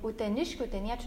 ten uteniškių uteniečių